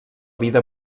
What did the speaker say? vida